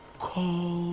called